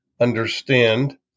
understand